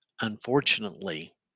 unfortunately